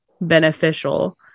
beneficial